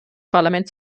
parlament